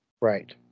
Right